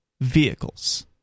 vehicles